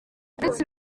uretse